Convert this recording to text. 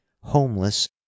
homeless